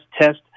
test